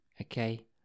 okay